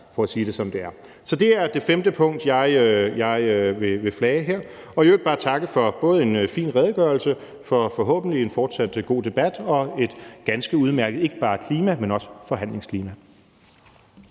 for at sige det, som det er. Så det er det femte punkt, jeg vil flage her, og så i øvrigt bare takke for at have fået en fin redegørelse, for forhåbentlig en fortsat god debat og et ganske udmærket ikke bare klima, men også forhandlingsklima.